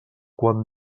quan